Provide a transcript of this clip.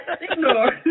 ignore